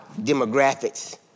demographics